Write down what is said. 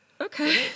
Okay